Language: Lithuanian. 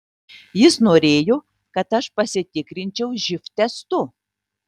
jis norėjo kad aš pasitikrinčiau živ testu